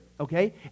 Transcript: okay